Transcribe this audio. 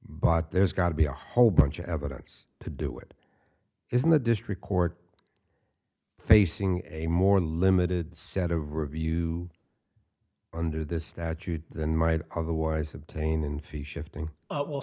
but there's got to be a whole bunch of evidence to do it isn't the district court facing a more limited set of review under this statute than might otherwise obtain and few shifting